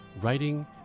writing